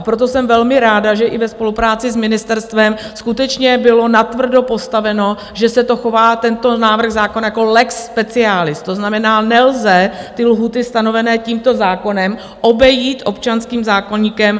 Proto jsem velmi ráda, že i ve spolupráci s ministerstvem skutečně bylo natvrdo postaveno, že tento návrh zákona se chová jako lex specialis, to znamená, nelze lhůty stanovené tímto zákonem obejít občanským zákoníkem.